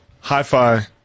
Hi-Fi